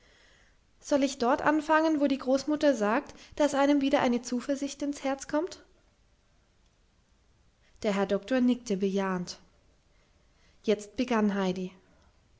soll ich dort anfangen wo die großmutter sagt daß einem wieder eine zuversicht ins herz kommt der herr doktor nickte bejahend jetzt begann heidi